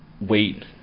wait